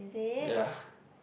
ya